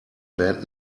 bad